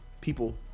people